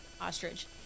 ostrich